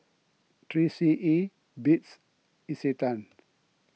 three C E Beats Isetan